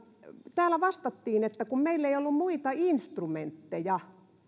täällä vastattiin että kun meillä ei ollut muita instrumentteja kun